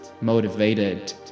motivated